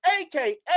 aka